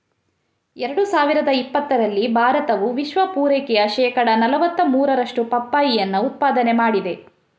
ಎರಡು ಸಾವಿರದ ಇಪ್ಪತ್ತರಲ್ಲಿ ಭಾರತವು ವಿಶ್ವ ಪೂರೈಕೆಯ ಶೇಕಡಾ ನಲುವತ್ತ ಮೂರರಷ್ಟು ಪಪ್ಪಾಯಿಯನ್ನ ಉತ್ಪಾದನೆ ಮಾಡಿದೆ